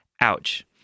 Ouch